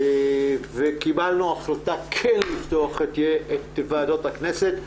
וקיבלנו החלטה כן לפתוח את ועדות הכנסת.